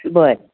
बरं